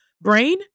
Brain